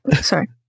Sorry